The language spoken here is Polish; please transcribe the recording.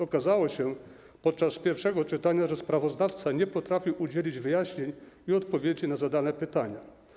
Okazało się podczas pierwszego czytania, że sprawozdawca nie potrafił udzielić wyjaśnień i odpowiedzi na zadane pytania.